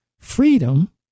Freedom